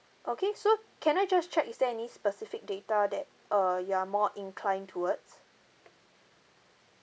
okay so can I just check is there any specific data that err you are more inclined towards